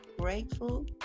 grateful